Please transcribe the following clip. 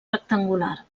rectangular